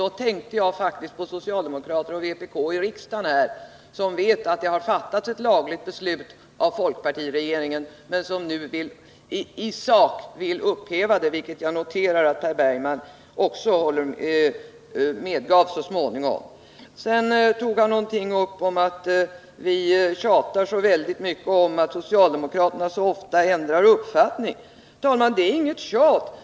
Då tänkte jag faktiskt på socialdemokrater och vpk i riksdagen, som vet att det har fattats ett lagligt beslut av folkpartiregeringen men som nu i sak vill upphäva det, vilket jag noterar att Per Bergman så småningom medgav. Sedan sade Per Bergman att vi tjatar så mycket om att socialdemokraterna ofta ändrar uppfattning. Det är inget tjat.